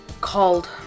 called